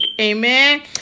amen